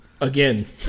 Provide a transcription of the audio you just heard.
Again